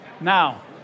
Now